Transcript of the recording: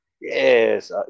Yes